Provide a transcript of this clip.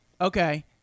okay